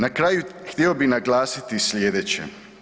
Na kraju, htio bih naglasiti sljedeće.